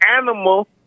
animal